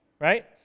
right